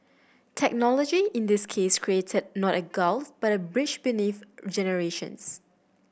technology in this case created not a gulf but a bridge generations